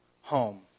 home